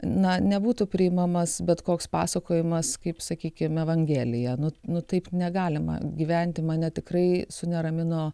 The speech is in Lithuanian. na nebūtų priimamas bet koks pasakojimas kaip sakykim evangelija nu nu taip negalima gyventi mane tikrai suneramino